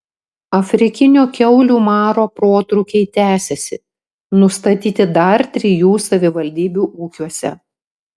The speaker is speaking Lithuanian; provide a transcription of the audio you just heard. afrikinio kiaulių maro protrūkiai tęsiasi nustatyti dar trijų savivaldybių ūkiuose